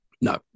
No